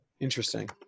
Interesting